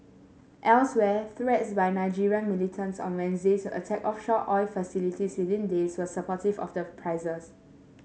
elsewhere threats by Nigerian militants on Wednesday to attack offshore oil facilities within days were supportive of prices